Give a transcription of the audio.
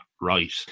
right